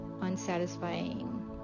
unsatisfying